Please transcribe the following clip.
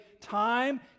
time